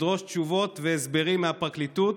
לדרוש תשובות והסברים מהפרקליטות,